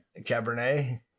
Cabernet